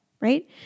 right